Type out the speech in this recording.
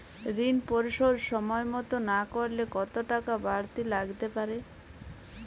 ঋন পরিশোধ সময় মতো না করলে কতো টাকা বারতি লাগতে পারে?